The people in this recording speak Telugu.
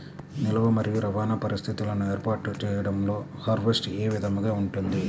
నిల్వ మరియు రవాణా పరిస్థితులను ఏర్పాటు చేయడంలో హార్వెస్ట్ ఏ విధముగా ఉంటుంది?